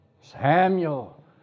Samuel